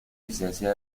licencia